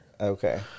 Okay